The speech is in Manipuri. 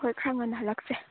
ꯍꯣꯏ ꯈꯔ ꯉꯟꯅ ꯍꯜꯂꯛꯁꯦ